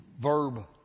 verb